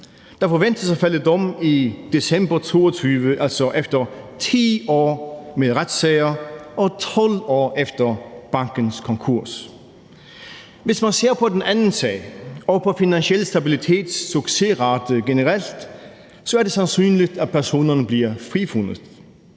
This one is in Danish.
Der forventes at falde dom i december 2022, altså efter 10 år med retssager og 12 år efter bankens konkurs. Hvis man ser på den anden sag og på Finansiel Stabilitets succesrate generelt, er det sandsynligt, at personerne bliver frifundet,